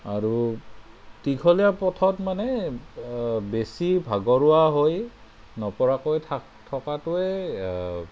আৰু দীঘলীয়া পথত মানে বেছি ভাগৰুৱা হৈ নপৰাকৈ থাক থকাটোৱেই